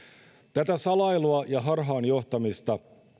tätä salailua ja harhaan johtamista